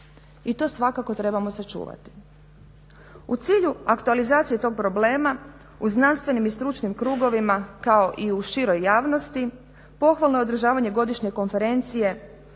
i to svakako trebamo sačuvati. U cilju aktualizacije tog problema u znanstvenim i stručnim krugovima, kao i u široj javnosti pohvalno je održavanje godišnje konferencije